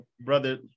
brother